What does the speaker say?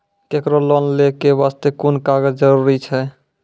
केकरो लोन लै के बास्ते कुन कागज जरूरी छै?